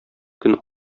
көн